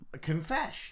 Confess